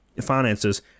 finances